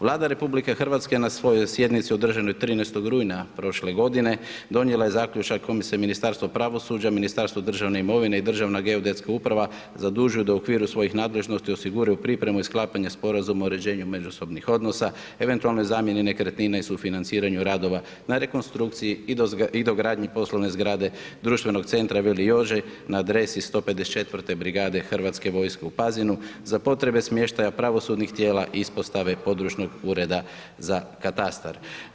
Vlada RH na svojoj sjednici održanoj 13. rujna prošle godine, donijela je zaključak kojem se Ministarstvo pravosuđa, Ministarstvo državne imovine i Državna geodetska uprava zadužuju da u okviru svojih nadležnosti osiguraju pripremu i sklapanje Sporazuma o uređenju međusobnih odnosa, eventualnoj zamjeni nekretnina i sufinanciranju radova na rekonstrukciji i dogradnji poslovne zgrade društvenog centra Veli Jože na adresi 154 brigade Hrvatske vojske u Pazinu za potrebe smještaja pravosudnih tijela ispostave područnog ureda za katastar.